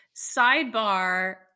Sidebar